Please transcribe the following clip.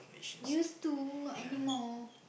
used to not anymore